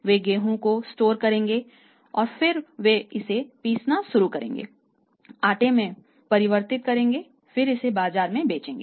वे गेहूं को स्टोर करेंगे और फिर वे इसे पीसना शुरू करेंगे और आटे में परिवर्तित करेंगे फिर इसे बाजार में बेचेंगे